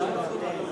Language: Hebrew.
שמעתי את כרמל.